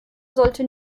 sollte